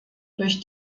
durch